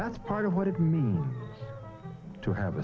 that's part of what it means to have